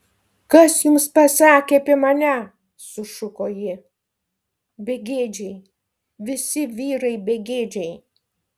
kas jums pasakė apie mane sušuko ji begėdžiai visi vyrai begėdžiai